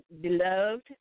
beloved